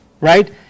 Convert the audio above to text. right